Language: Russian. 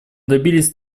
добились